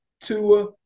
Tua